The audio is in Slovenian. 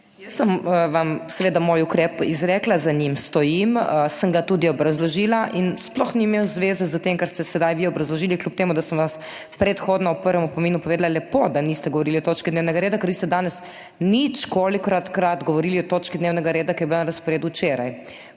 Jaz sem vam seveda moj ukrep izrekla, za njim stojim, sem ga tudi obrazložila in sploh ni imel zveze s tem, kar ste sedaj vi obrazložili. Kljub temu, da sem vas predhodno v prvem opominu povedala lepo, da niste govorili o točki dnevnega reda, ker vi ste danes ničkolikokratkrat govorili o točki dnevnega reda, ki je bila na sporedu včeraj.